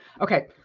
okay